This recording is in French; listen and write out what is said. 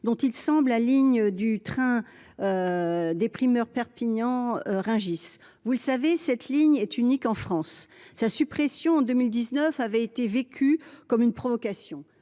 dont, semble t il, la ligne du train des primeurs Perpignan Rungis. Comme vous le savez, cette ligne est unique en France. Sa suppression en 2019 avait été vécue comme une provocation.